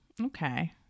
Okay